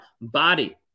body